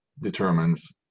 determines